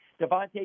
Devontae